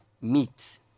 meat